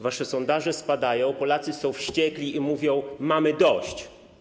Wasze sondaże spadają, Polacy są wściekli i mówią: mamy dość.